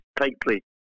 tightly